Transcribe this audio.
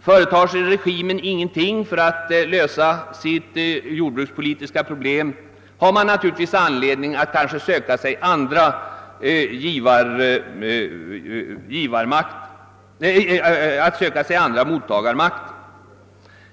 Företar sig regimen ingenting för att lösa sina jord brukspolitiska problem, har man anledning att söka efter andra mottagarmakter.